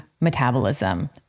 metabolism